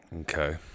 Okay